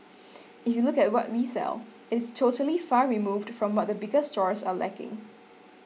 if you look at what we sell it's totally far removed from what the bigger stores are lacking